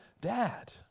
dad